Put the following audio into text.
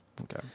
Okay